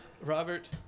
Robert